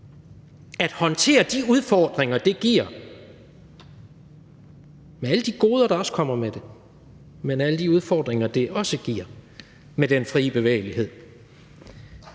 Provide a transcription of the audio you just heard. at håndtere de udfordringer, som det giver – med alle de goder, der også kommer med det, men med alle de udfordringer, som det også giver med den frie bevægelighed